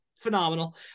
Phenomenal